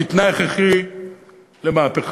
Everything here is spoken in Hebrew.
כתנאי הכרחי למהפכה,